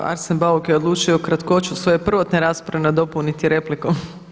Arsen Bauk je odlučio kratkoću svoje prvotne rasprave nadopuniti replikom.